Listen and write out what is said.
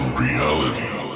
reality